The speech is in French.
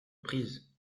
prises